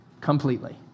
completely